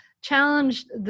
challenged